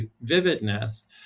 vividness